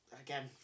again